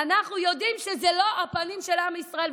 אנחנו יודעים שזה לא הפנים של עם ישראל.